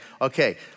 okay